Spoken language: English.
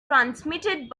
transmitted